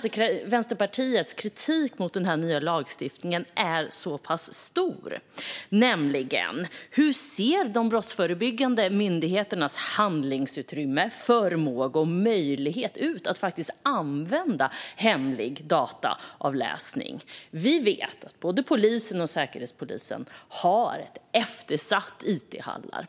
till att Vänsterpartiets kritik mot denna nya lagstiftning är så pass stor: Hur ser de brottsförebyggande myndigheternas handlingsutrymme, förmåga och möjlighet att faktiskt använda hemlig dataavläsning ut? Vi vet att detta med it-hallar är eftersatt hos både polisen och Säkerhetspolisen.